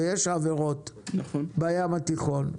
ויש עבירות בים התיכון.